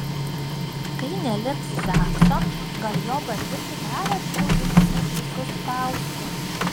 kai neliks zakso gal jo banditai dar aršiau ims mus visus spausti